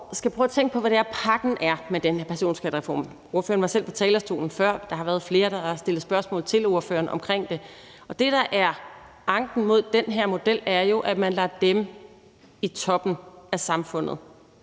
skal prøve at tænke på, hvad det er, pakken med den her personskattereform går ud på. Ordføreren var selv på talerstolen før, og der har været flere, der har stillet spørgsmål til ordføreren om det. Det, der er anken mod den her model, er jo, at man lader dem i toppen af samfundet